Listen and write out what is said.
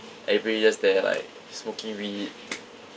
everybody just there like smoking weed